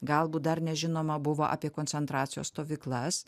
galbūt dar nežinoma buvo apie koncentracijos stovyklas